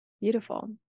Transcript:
Beautiful